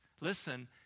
listen